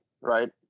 right